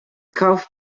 calf